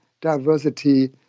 diversity